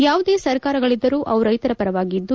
ಯಾವುದೇ ಸರ್ಕಾರಗಳಿದ್ದರೂ ಅವು ರೈತರ ಪರವಾಗಿ ಇದ್ದು